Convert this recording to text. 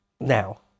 now